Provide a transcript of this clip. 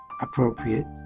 appropriate